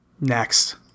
next